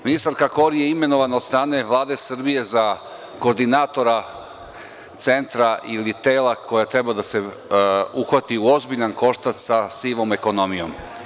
Ministarka Kori je imenovana od strane Vlade Srbije za koordinatora centra ili tela koje treba da se uhvati u ozbiljan koštac sa sivom ekonomijom.